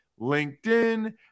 LinkedIn